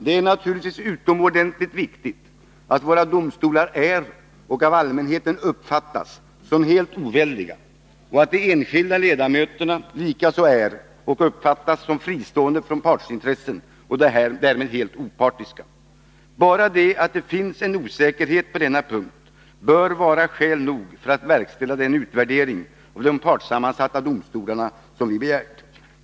Det är naturligtvis utomordentligt viktigt att våra domstolar är och av allmänheten uppfattas som helt oväldiga och att de enskilda ledamöterna likaså är och uppfattas som fristående från partsintressen och därmed helt opartiska. Bara detta att det finns en osäkerhet på denna punkt bör vara skäl nog för att verkställa den utvärdering av de partssammansatta domstolarna som vi begärt.